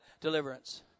deliverance